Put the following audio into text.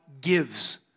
gives